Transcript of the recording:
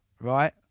right